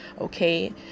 okay